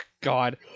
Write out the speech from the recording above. God